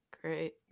Great